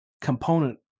component